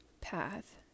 path